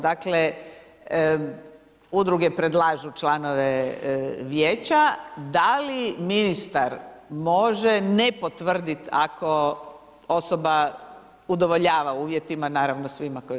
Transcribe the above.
Dakle, udruge predlažu članove vijeća, da li ministar može ne potvrdit ako osoba udovoljava uvjetima, naravno svima koji su?